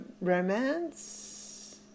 romance